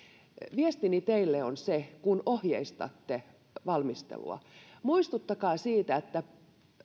viestini teille on kun ohjeistatte valmistelua muistuttakaa siitä että